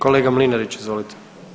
Kolega Mlinarić, izvolite.